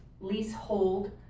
leasehold